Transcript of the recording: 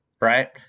right